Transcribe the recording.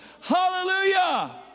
Hallelujah